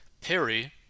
Perry